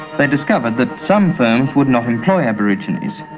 they discovered that some firms would not employ aborigines.